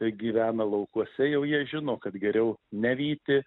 gyvena laukuose jau jie žino kad geriau nevyti